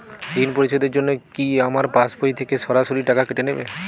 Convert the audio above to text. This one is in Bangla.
ঋণ পরিশোধের জন্য কি আমার পাশবই থেকে সরাসরি টাকা কেটে নেবে?